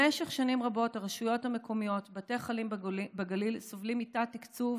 במשך שנים רבות הרשויות המקומיות ובתי חולים בגליל סובלים מתת-תקצוב